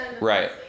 Right